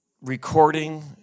recording